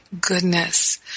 goodness